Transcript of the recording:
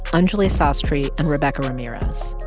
anjuli sastry, and rebecca ramirez.